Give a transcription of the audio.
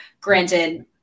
granted